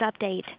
Update